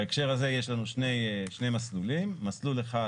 בהקשר הזה יש לנו שני מסלולים, מסלול אחד